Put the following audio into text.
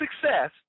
success